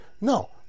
no